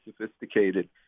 sophisticated